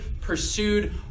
pursued